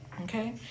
Okay